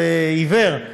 זה עיוור,